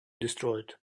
destroyed